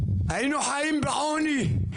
היינו חיים בעוני,